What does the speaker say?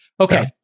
Okay